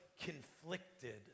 conflicted